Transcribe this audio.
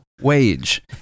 wage